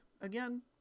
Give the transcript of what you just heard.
again